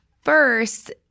First